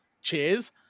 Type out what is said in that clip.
cheers